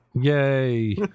Yay